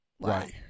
right